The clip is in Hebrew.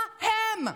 מה הם?